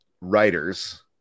writers